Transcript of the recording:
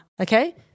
okay